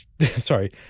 sorry